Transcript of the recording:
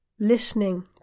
listening